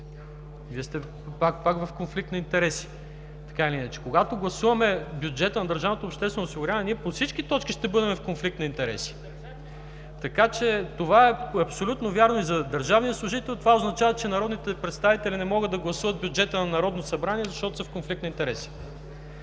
Вие сте пак в конфликт на интереси, така или иначе. Когато гласуваме бюджета на държавното обществено осигуряване ние по всички точки ще бъдем в конфликт на интереси. Това е абсолютно вярно и за държавния служител. Това означава, че народните представители не могат да гласуват бюджета на Народното събрание, защото са в конфликт на интереси.